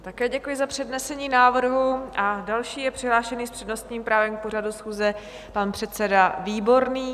Také děkuji za přednesení návrhu a další je přihlášený s přednostním právem k pořadu schůze pan předseda Výborný.